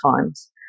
times